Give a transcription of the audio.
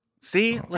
see